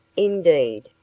indeed,